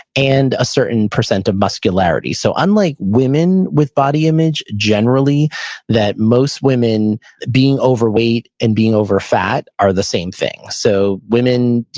and a certain percent of muscularity. so unlike women with body image generally that most women being overweight and being over fat are the same thing. so women,